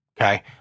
okay